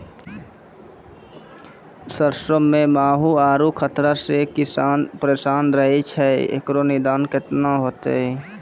सरसों मे माहू आरु उखरा से किसान परेशान रहैय छैय, इकरो निदान केना होते?